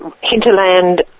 hinterland